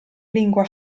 lingua